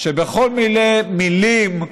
שכל מיני מילים,